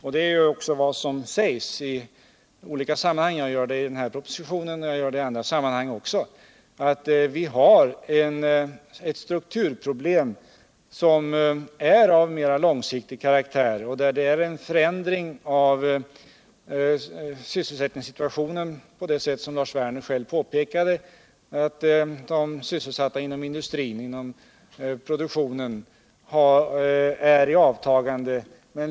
Detta är ju också vad som brukar sägas i olika sammanhang. Jag gör det i den här propositionen. Jag gör det i andra sammanhang också. Vi har ett strukturproblem som är av mer långsiktig karaktär, en förändring av sysselsättningssituationen på det sätt som Lars Werner själv framhöll, nämligen att de sysselsatta inom industrin, inom produktionen är i avtagande.